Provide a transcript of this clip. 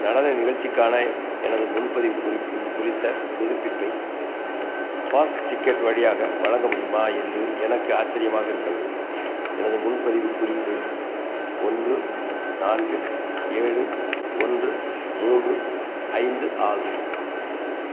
நடன நிகழ்ச்சிக்கான எனது முன்பதிவு குறிப்பு குறித்த புதுப்பிப்பை ஃபாஸ்ட்டிக்கெட் வழியாக வழங்க முடியுமா என்று எனக்கு ஆச்சரியமாக இருக்கிறது எனது முன்பதிவு குறிப்பு ஒன்று நான்கு ஏழு ஒன்று மூன்று ஐந்து ஆகும்